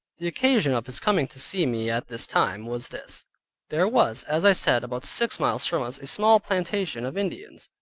the occasion of his coming to see me at this time, was this there was, as i said, about six miles from us, a small plantation of indians,